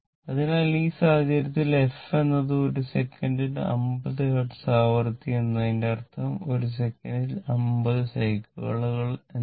അതിനാൽ ഈ സാഹചര്യത്തിൽ f എന്നത് ഒരു സെക്കന്റിൽ 50 ഹെർട്സ് ആവൃത്തി എന്നതിന്റെ അർത്ഥം ഒരു സെക്കൻഡിൽ 50 സൈക്കിളുകൾ എന്നാണ്